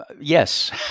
yes